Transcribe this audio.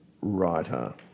writer